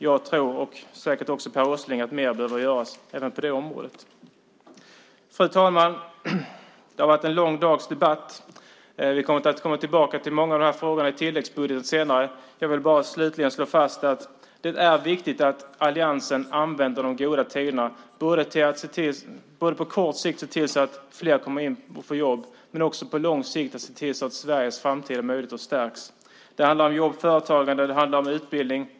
Jag, och säkert också Per Åsling, tror att mer behöver göras även på det området. Fru talman! Det har varit en lång debatt. Vi kommer tillbaka till många av de här frågorna i tilläggsbudgeten senare. Jag vill bara slutligen slå fast att det är viktigt att alliansen använder de goda tiderna till att på kort sikt se till att fler kommer in och får jobb och att på lång sikt se till att Sveriges framtida möjligheter stärks. Det handlar om jobb och företagande. Det handlar om utbildning.